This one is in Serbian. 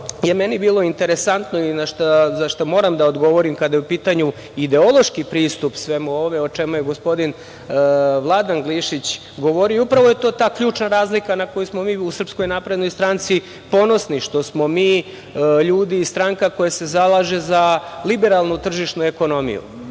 je meni bilo interesantno i za šta moram da odgovorim, kada je u pitanju ideološki pristup svemu ovome, o čemu je govorio gospodin Vladan Glišić govorio, upravo je to ta ključna razlika na koju smo mi u SNS ponosni, što smo mi ljudi i stranka koja se zalaže za liberalnu tržišnu ekonomiju,